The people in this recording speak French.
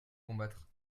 combattre